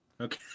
Okay